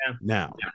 now